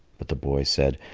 but the boy said,